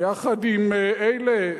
יחד עם אלה.